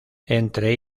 entre